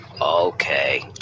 okay